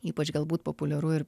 ypač galbūt populiaru ir